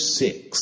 six